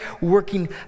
working